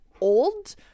Old